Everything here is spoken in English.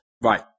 Right